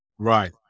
Right